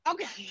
Okay